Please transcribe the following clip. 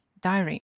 diary